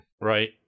Right